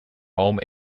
home